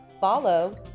follow